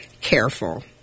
careful